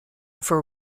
for